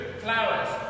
Flowers